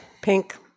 Pink